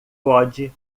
pode